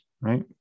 right